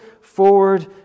forward